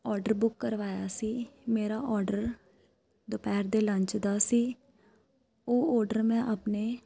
order book ਕਰਵਾਇਆ ਸੀ ਮੇਰਾ ਔਡਰ ਦੁਪਹਿਰ ਦੇ ਲੰਚ ਦਾ ਸੀ ਉਹ ਔਡਰ ਮੈਂ ਆਪਣੇ